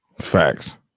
Facts